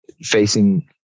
facing